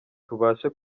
tubashe